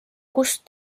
kust